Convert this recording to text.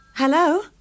Hello